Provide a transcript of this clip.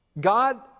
God